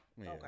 okay